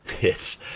Yes